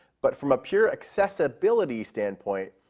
but from a pure accessibility standpoint,